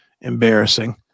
embarrassing